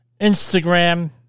Instagram